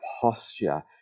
posture